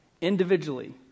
individually